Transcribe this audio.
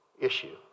issue